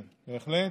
כן, בהחלט.